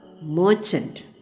merchant